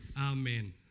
Amen